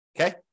Okay